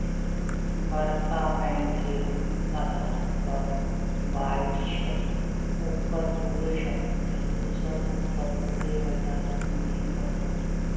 बरका बैंक के दू अधार पर बाटइ छइ, ओकर पूरे संपत्ति दोसर ओकर पूरे बजार पूंजीकरण